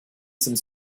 some